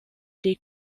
des